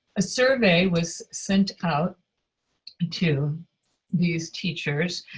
a survey was sent out to these teachers,